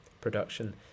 production